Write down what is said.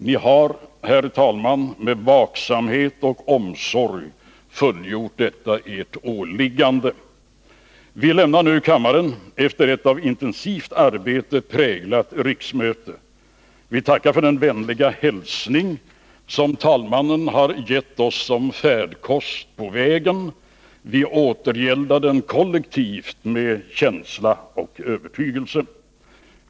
Ni har, herr talman, med vaksamhet och omsorg fullgjort detta ert åliggande. Vi lämnar nu kammaren efter ett av intensivt arbete präglat riksmöte. Vi tackar för den vänliga hälsning talmannen gett oss som färdkost på vägen. Vi återgäldar den kollektivt med känsla och övertygelse.